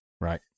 Right